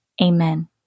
Amen